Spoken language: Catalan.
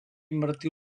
martí